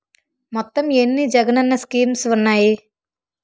మొత్తం ఎన్ని జగనన్న స్కీమ్స్ ఉన్నాయి?